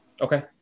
Okay